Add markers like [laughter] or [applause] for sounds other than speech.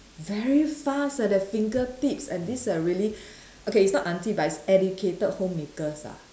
very fast eh their fingertips and these are really [breath] okay it's not aunty but it's educated homemakers ah